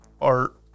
art